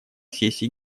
сессии